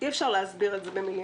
אי אפשר להסביר את זה במילים.